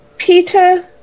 Peter